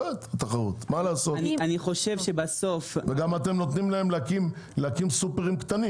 וגם אתם נותנים להם להקים סופרים קטנים